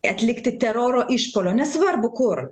atlikti teroro išpuolio nesvarbu kur